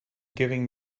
giving